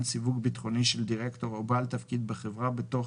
סיווג ביטחוני של דירקטור או בעל תפקיד בחברה בתוך